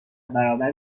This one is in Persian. برابر